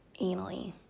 anally